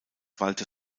walter